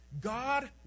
God